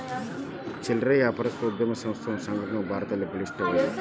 ಚಿಲ್ಲರೆ ವ್ಯಾಪಾರ ಉದ್ಯಮ ಸಂಸ್ಥೆಗಳು ಸಂಘಟನೆಗಳು ಭಾರತದಲ್ಲಿ ಬಲಿಷ್ಠವಾಗಿವೆ